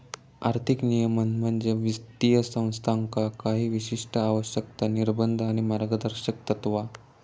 आर्थिक नियमन म्हणजे वित्तीय संस्थांका काही विशिष्ट आवश्यकता, निर्बंध आणि मार्गदर्शक तत्त्वा